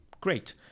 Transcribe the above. great